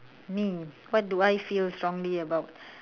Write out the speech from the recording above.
me what do I feel strongly about